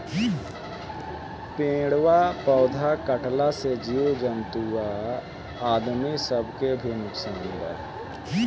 पेड़ आ पौधा कटला से जीव जंतु आ आदमी सब के भी नुकसान बा